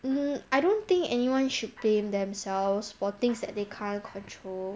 mm I don't think anyone should blame themselves for things that they can't control